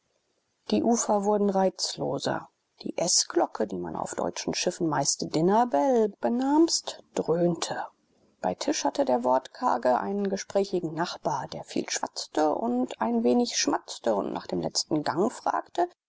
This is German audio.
die ufer wurden reizloser die eßglocke die man auf deutschen schiffen meist dinnerbell benamst dröhnte bei tisch hatte der wortkarge einen gesprächigen nachbar der viel schwatzte und ein wenig schmatzte und nach dem letzten gang fragte